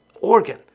organ